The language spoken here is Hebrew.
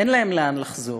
אין להם לאן לחזור.